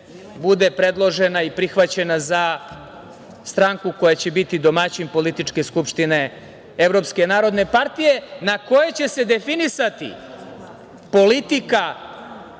bude predložena i prihvaćena za stranku koja će biti domaćin Političke skupštine Evropske narodne partije na kojoj će se definisati politika